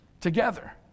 together